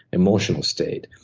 emotional state,